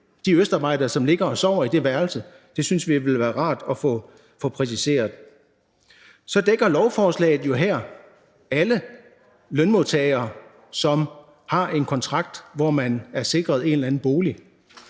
de østarbejdere, der ligger og sover i det værelse? Det synes vi ville være rart at få præciseret. Så dækker lovforslaget her jo alle lønmodtagere, som har en kontrakt, hvor man er sikret en eller anden bolig.